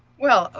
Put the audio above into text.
well,